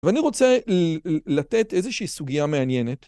ואני רוצה לתת איזושהי סוגיה מעניינת.